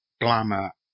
glamour